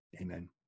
Amen